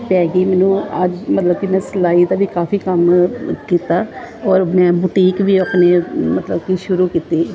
ਪੈ ਗਈ ਮੈਨੂੰ ਅੱਜ ਮਤਲਬ ਕਿ ਮੈਂ ਸਿਲਾਈ ਦਾ ਵੀ ਕਾਫੀ ਕੰਮ ਕੀਤਾ ਔਰ ਮੈਂ ਬੁਟੀਕ ਵੀ ਆਪਣੀ ਮਤਲਬ ਕਿ ਸ਼ੁਰੂ ਕੀਤੀ